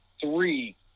three